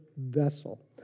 vessel